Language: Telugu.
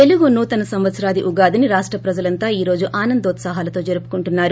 తెలుగు నూతన సంవత్సరాది ఉగాదిని రాష్ట ప్రజలంతా ఈరోజు ఆనందోత్పాహాలతో జరుపుకుంటున్నారు